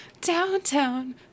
downtown